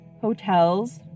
Hotels